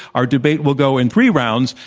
our debate will go in three rounds,